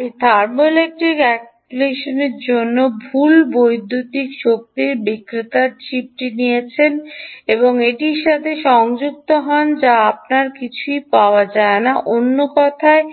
আপনি থার্মোইলেক্ট্রিক অ্যাপ্লিকেশনটির জন্য ভুল শক্তি বৈদ্যুতিন বিক্রেতার চিপটি নিয়েছেন এবং এটির সাথে সংযুক্ত হন যা আপনার কিছুই পাওয়া যায় না অন্য কথায়